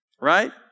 right